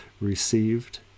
received